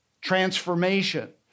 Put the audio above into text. transformation